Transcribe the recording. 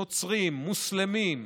נוצרים, מוסלמים,